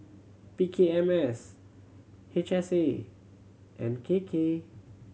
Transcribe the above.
P K M S H S A and K K